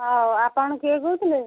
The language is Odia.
ହଉ ଆପଣ କିଏ କହୁଥିଲି